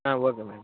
okay madam